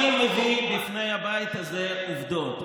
אני מביא בפני הבית הזה עובדות.